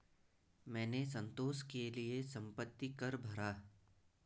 मैंने संतोष के लिए संपत्ति कर भरा